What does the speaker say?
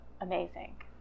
amazing